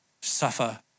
suffer